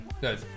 Good